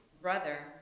brother